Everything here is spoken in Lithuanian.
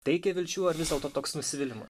teikia vilčių ar vis dėlto toks nusivylimas